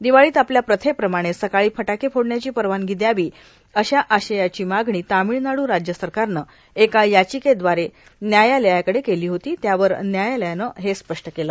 दिवाळीत आपल्या प्रथेप्रमाणे सकाळी फटाके फोडण्याची परवानगी द्यावी अशा आशयाची मागणी तामिळनाडू राज्य सरकारनं एका याचिकेद्वारे न्यायालयाकडे केली होती त्यावर न्यायालयानं हे स्पष्ट केलं